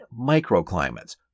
microclimates